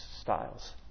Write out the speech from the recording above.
styles